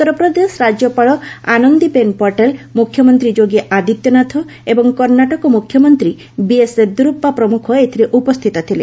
ଉତ୍ତରପ୍ରଦେଶ ରାଜ୍ୟପାଳ ଆନନ୍ଦିବେନ ପଟେଲ ମୁଖ୍ୟମନ୍ତ୍ରୀ ଯୋଗୀ ଆଦିତ୍ୟନାଥ ଏବଂ କର୍ଣ୍ଣାଟକ ମୁଖ୍ୟମନ୍ତ୍ରୀ ବିଏସ୍ ୟେଦୁରସ୍କା ପ୍ରମୁଖ ଏଥିରେ ଉପସ୍ଥିତ ଥିଲେ